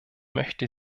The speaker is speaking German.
möchte